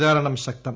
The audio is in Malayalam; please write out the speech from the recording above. പ്രചാരണം ശക്തം